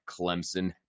Clemson